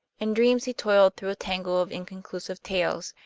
in dreams he toiled through a tangle of inconclusive tales,